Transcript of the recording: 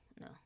no